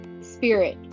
spirit